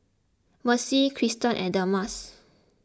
Mercy Kiersten and Delmas